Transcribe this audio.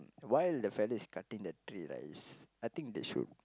while the fella is cutting the tree right he's I think they should